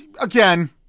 again